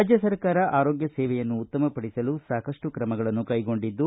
ರಾಜ್ಯ ಸರ್ಕಾರ ಆರೋಗ್ಯ ಸೇವೆಯನ್ನು ಉತ್ತಮ ಪಡಿಸಲು ಸಾಕಷ್ಟು ಕ್ರಮಗಳನ್ನು ಕೈಗೊಂಡಿದ್ದು